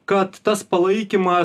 kad tas palaikymas